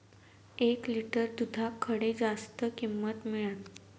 एक लिटर दूधाक खडे जास्त किंमत मिळात?